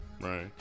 Right